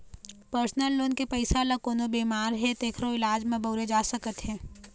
personal loan के पइसा ल कोनो बेमार हे तेखरो इलाज म बउरे जा सकत हे